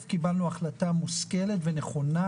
קיבלנו החלטה מושכלת ונכונה,